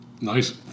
Nice